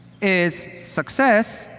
is success,